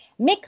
Mick